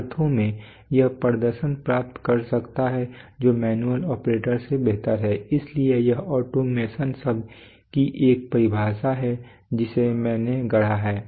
तो इन अर्थों में यह प्रदर्शन प्राप्त कर सकता है जो मैन्युअल ऑपरेशन से बेहतर है इसलिए यह ऑटोमेशन शब्द की एक परिभाषा है जिसे मैंने गढ़ा है